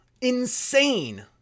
Insane